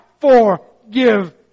forgive